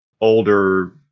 older